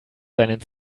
seinen